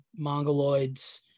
Mongoloids